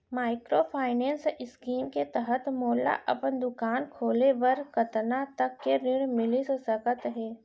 Microfinance scheme के तहत मोला अपन दुकान खोले बर कतना तक के ऋण मिलिस सकत हे?